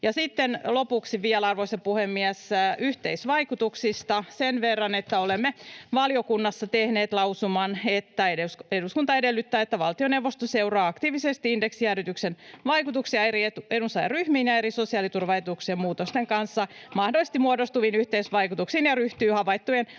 lopuksi vielä, arvoisa puhemies, yhteisvaikutuksista sen verran, että olemme valiokunnassa tehneet lausuman, että ”eduskunta edellyttää, että valtioneuvosto seuraa aktiivisesti indeksijäädytyksen vaikutuksia eri edunsaajaryhmiin [Vastauspuheenvuoropyyntöjä vasemmalta] ja eri sosiaaliturvaetuuksien muutosten kanssa mahdollisesti muodostuviin yhteisvaikutuksiin ja ryhtyy havaittujen